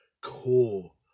cool